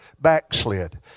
backslid